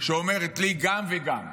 שאומרת לי: גם וגם,